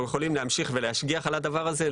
יכולים להמשיך ולהשגיח על הדבר הזה,